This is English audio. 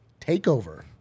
takeover